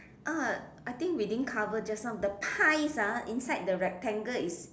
ah I think we didn't cover just now the pies ah inside the rectangle is